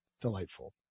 delightful